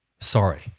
Sorry